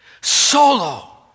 solo